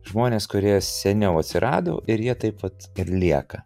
žmonės kurie seniau atsirado ir jie taip vat lieka